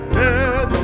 dead